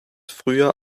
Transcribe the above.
früher